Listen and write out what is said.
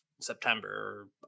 september